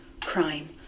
crime